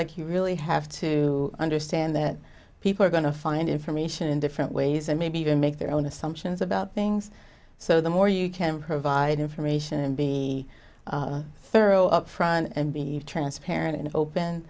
like you really have to understand that people are going to find information in different ways and maybe even make their own assumptions about things so the more you can provide information and be thorough upfront and be transparent and open